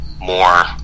More